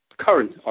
current